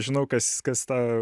žinau kas kas tą